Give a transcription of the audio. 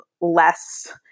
less